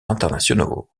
internationaux